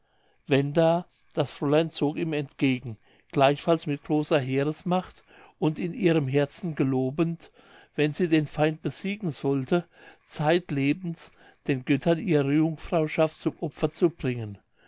wenda das fräulein zog ihm entgegen gleichfalls mit großer heeresmacht und in ihrem herzen gelobend wenn sie den feind besiegen sollte zeitlebens den göttern ihre jungfrauschaft zum opfer zu bringen